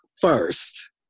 first